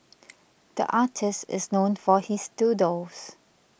the artist is known for his doodles